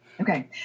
Okay